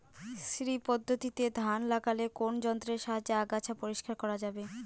শ্রী পদ্ধতিতে ধান লাগালে কোন যন্ত্রের সাহায্যে আগাছা পরিষ্কার করা যাবে?